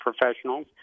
professionals